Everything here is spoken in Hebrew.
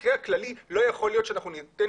במקרה הכללי לא יכול להיות שאנחנו ניתן